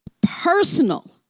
personal